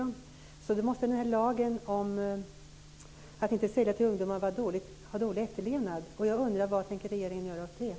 Denna lag om att man inte får sälja tobak till ungdomar måste ha dålig efterlevnad. Jag undrar vad regeringen tänker göra åt det.